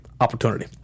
opportunity